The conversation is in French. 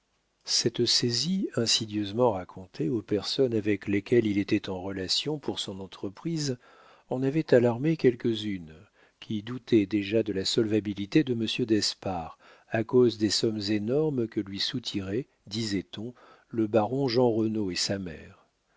cette saisie insidieusement racontée aux personnes avec lesquelles il était en relation pour son entreprise en avait alarmé quelques-unes qui doutaient déjà de la solvabilité de monsieur d'espard à cause des sommes énormes que lui soutiraient disait-on le baron jeanrenaud et sa mère